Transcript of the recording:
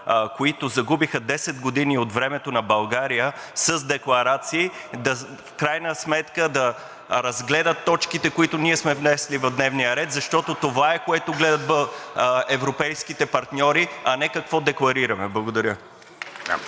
които загубиха 10 години от времето на България с декларации, в крайна сметка да разгледат точките, които ние сме внесли в дневния ред, защото това е, което гледат европейските партньори, а не какво декларираме. Благодаря.